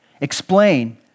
explain